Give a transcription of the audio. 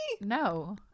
No